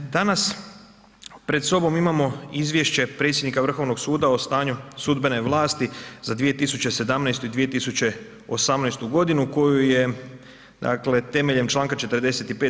Danas pred sobom Izvješće predsjednika Vrhovnog suda o stanju sudbene vlasti za 2017. i 2018. godinu koju je temeljem članka 45.